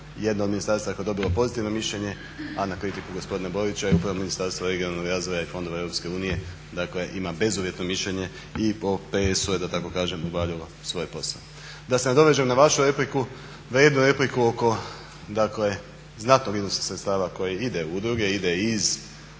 1 od ministarstava je dobilo pozitivno mišljenje, a na kritiku gospodina Borića upravo Ministarstvo regionalnog razvoja i fondova EU dakle ima bezuvjetno mišljenje i po PS-u je da tako kažem obavljalo svoj posao. Da se nadovežem na vašu repliku oko znatnog iznosa sredstava koji ide u udruge, ide iz